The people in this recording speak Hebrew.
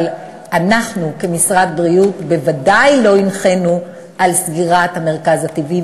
אבל אנחנו כמשרד הבריאות בוודאי לא הנחינו לסגור את המרכז ללידה טבעית,